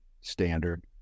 standard